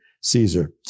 Caesar